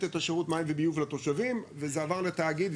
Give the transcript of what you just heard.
את שירות ביוב המים לתושבים וזה עבר לתאגיד,